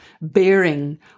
bearing